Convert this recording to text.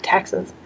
taxes